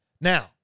Now